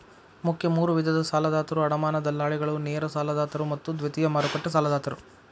ಮುಖ್ಯ ಮೂರು ವಿಧದ ಸಾಲದಾತರು ಅಡಮಾನ ದಲ್ಲಾಳಿಗಳು, ನೇರ ಸಾಲದಾತರು ಮತ್ತು ದ್ವಿತೇಯ ಮಾರುಕಟ್ಟೆ ಸಾಲದಾತರು